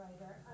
writer